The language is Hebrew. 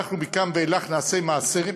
אנחנו מכאן ואילך נעשה מעשה.